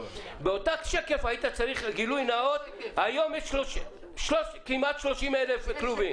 באותו שקף היית צריך לומר גילוי נאות שהיום יש כ-30 אלף כלובים.